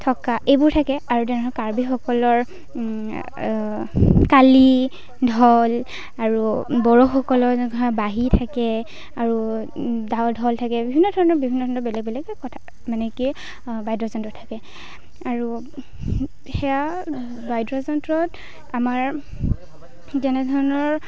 টকা এইবোৰ থাকে আৰু তেনেধৰক কাৰ্বিসকলৰ কালি ঢল আৰু বড়োসকলৰ যেনেকুৱা ধৰক বাঁহী থাকে আৰু দাওঢল থাকে বিভিন্ন ধৰণৰ বিভিন্ন ধৰণৰ বেলেগ বেলেগ কথা মানে কি বাদ্য যন্ত্ৰ থাকে আৰু সেয়া বাদ্য যন্ত্ৰত আমাৰ তেনে ধৰণৰ